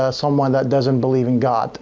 ah someone that doesn't believe in god